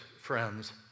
friends